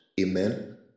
Amen